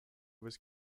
was